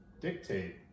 dictate